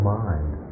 mind